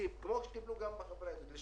שפתאום בגלל הקורונה נוצרה איזו